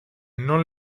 non